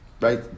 Right